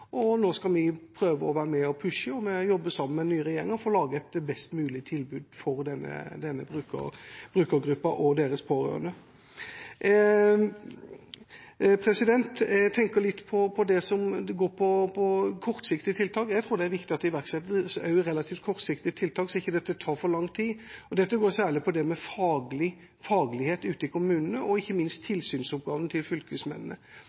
prøve å være med på å pushe og jobbe sammen med den nye regjeringa, og få lagd et best mulig tilbud til denne brukergruppa og deres pårørende. Jeg tenker litt på det som gjelder kortsiktige tiltak. Jeg tror det er viktig at det også iverksettes relativt kortsiktige tiltak, så dette ikke tar for lang tid. Dette gjelder særlig faglighet ute i kommunene og ikke minst tilsynsoppgavene til fylkesmennene.